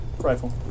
rifle